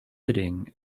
sitting